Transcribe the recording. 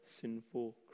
sinful